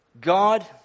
God